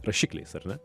rašikliais ar ne